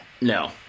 No